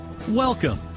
Welcome